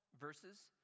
verses